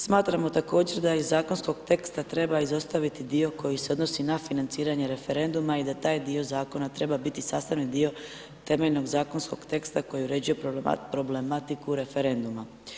Smatramo također da iz zakonskog teksta treba izostaviti dio koji se odnosi na financiranje referenduma i da taj dio zakona, treba biti dio sastavni dio temeljenog zakonskog teksta, koji uređuje problematiku referenduma.